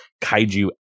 kaiju